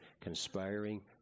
conspiring